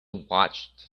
watched